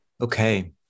Okay